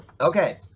okay